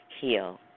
heal